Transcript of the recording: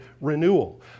renewal